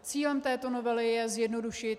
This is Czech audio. Cílem této novely je zjednodušit.